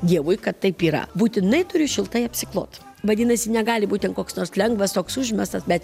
dievui kad taip yra būtinai turiu šiltai apsiklot vadinasi negali būt ten koks nors lengvas toks užmestas bet